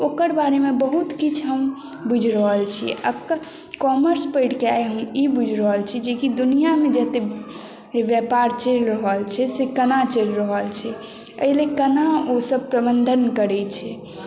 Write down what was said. ओकर बारेमे हमरा बहुत किछु हम बुझि रहल छी आ कॉमर्स पढ़ि कऽ आइ हम ई बुझि रहल छी जेकि दुनिआँमे जतेक व्यापार चलि रहल छै से केना चलि रहल छै एहिलेल केना ओसभ प्रबन्धन करैत छै